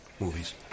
Movies